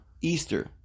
Easter